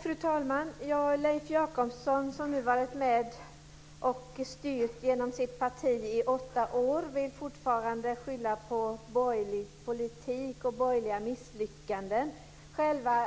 Fru talman! Leif Jakobsson, som genom sitt parti varit med och styrt i åtta år, vill fortfarande skylla på borgerlig politik och på borgerliga misslyckanden. Men